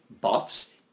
buffs